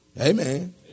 Amen